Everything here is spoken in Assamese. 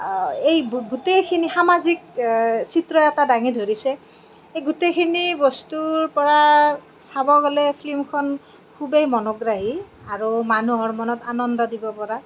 এই গোটেইখিনিৰ সামাজিক চিত্ৰ এটা ডাঙি ধৰিছে এই গোটেইখিনি বস্তুৰ পৰা চাব গ'লে ফিল্মখন খুবেই মনোগ্ৰাহী আৰু মানুহৰ মনত আনন্দ দিব পৰা